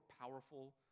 powerful